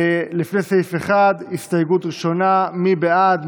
לפני סעיף 1, הסתייגות ראשונה, מי בעד?